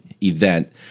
event